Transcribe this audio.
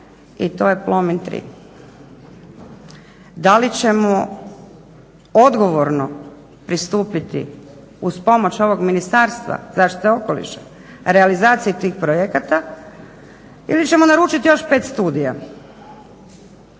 i to je Plomin 3. Da li ćemo odgovorno pristupiti uz pomoć ovog Ministarstva zaštite okoliša realizaciji tih projekata ili ćemo naručiti još 5 studija.